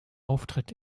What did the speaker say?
auftritt